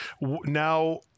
now